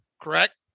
correct